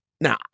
Now